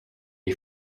day